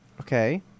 Okay